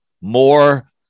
more